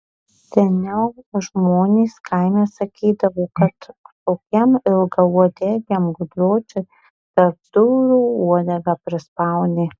seniau žmonės kaime sakydavo kad tokiam ilgauodegiam gudročiui tarp durų uodegą prispaudė